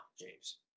James